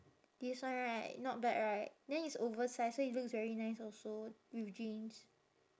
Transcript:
this one right not bad right then it's oversized so it looks very nice also with jeans